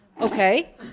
Okay